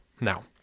Now